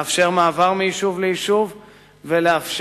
לאפשר מעבר מיישוב ליישוב ולאפשר,